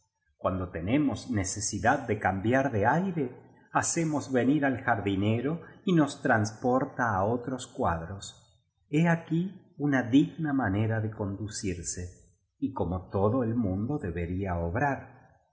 cuando tenemos necesidad de cam biar de aire hacemos venir al jardinero y nos transporta á otros cuadros he aquí una digna manera de conducirse y como todo el mundo debería obrar